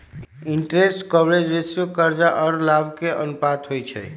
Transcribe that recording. interest coverage ratio करजा आऽ लाभ के अनुपात होइ छइ